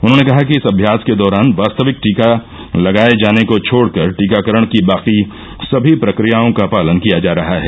उन्होंने कहा कि इस अम्यास के दौरान वास्तविक टीका लगाये जाने को छोड़कर टीकाकरण की बाकी सभी प्रक्रियाओं का पालन किया जा रहा है